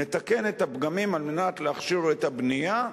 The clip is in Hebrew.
נתקן את הפגמים על מנת להכשיר את הבנייה,